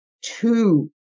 two